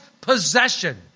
possession